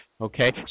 Okay